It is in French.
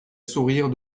sourire